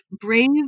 brave